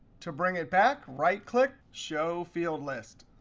to bring it back, right click show field list.